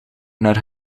naar